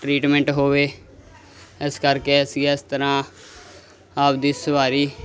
treatment ਹੋਵੇ ਇਸ ਕਰਕੇ ਅਸੀਂ ਇਸ ਤਰ੍ਹਾਂ ਆਪਣੀ ਸਵਾਰੀ